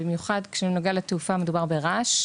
במיוחד כשנוגע לתעופה המדובר ברעש.